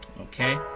Okay